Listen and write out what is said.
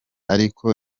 ariko